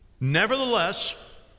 nevertheless